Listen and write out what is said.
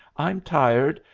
i'm tired,